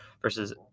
versus